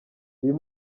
uyu